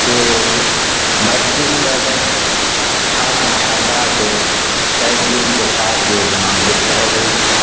के मैट्रिक तक छात्र छात्रा के साइकिल पोशाक योजना भेटि रहल अछि